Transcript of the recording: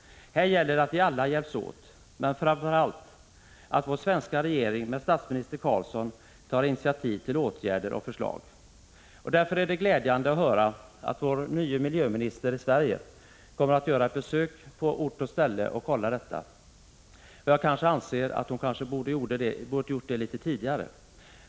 Här gäller det att vi alla hjälps åt, men framför allt att vår svenska regering med statsminister Carlsson i spetsen tar initiativ till åtgärder och förslag. Därför är det glädjande att höra att vår nya miljöminister kommer att göra besök på ort och ställe för att kontrollera läget; kanske borde hon ha gjort det litet tidigare.